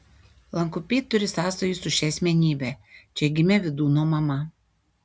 lankupiai turi sąsajų su šia asmenybe čia gimė vydūno mama